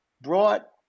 brought